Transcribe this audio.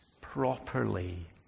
properly